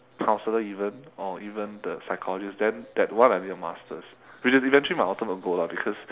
counsellor even or even the psychologist then that one I need a masters which is eventually my ultimate goal lah because